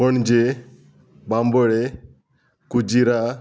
Panaji Bambolim Kujira